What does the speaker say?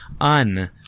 un